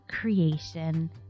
creation